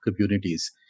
communities